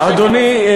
אדוני.